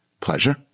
pleasure